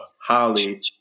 Holly